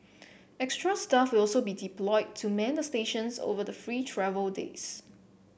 extra staff will also be deployed to man the stations over the free travel days